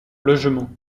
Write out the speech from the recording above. logements